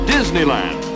Disneyland